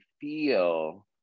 feel